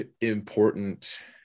important